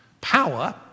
Power